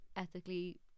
ethically